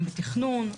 גם בתכנון.